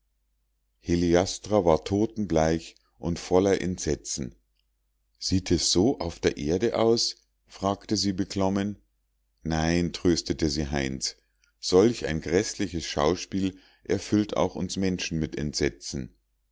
heliastra war totenbleich und voller entsetzen sieht es so auf der erde aus fragte sie beklommen nein tröstete sie heinz solch ein gräßliches schauspiel erfüllt auch uns menschen mit entsetzen